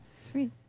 Sweet